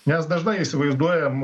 nes dažnai įsivaizduojam